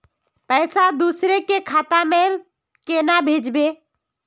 पैसा दूसरे के खाता में केना भेजबे?